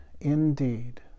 indeed